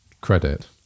credit